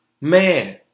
Man